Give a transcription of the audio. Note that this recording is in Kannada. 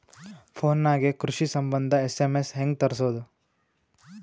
ಫೊನ್ ನಾಗೆ ಕೃಷಿ ಸಂಬಂಧ ಎಸ್.ಎಮ್.ಎಸ್ ಹೆಂಗ ತರಸೊದ?